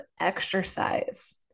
exercise